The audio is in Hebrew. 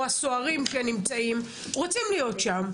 או הסוהרים שנמצאים רוצים להיות שם,